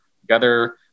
together